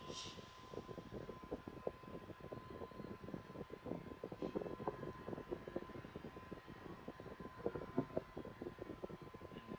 mm